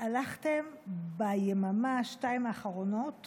הלכתם ביממה, שתיים האחרונות